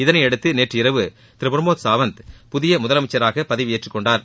இதளையடுத்து நேற்று இரவு திரு பிரமோத் சாவந்த் புதிய முதலமைச்சராக பதவியேற்றுக் கொண்டார்